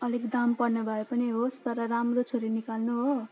अलिक दाम पर्ने भए पनि होस् तर राम्रो छुरी निकाल्नु हो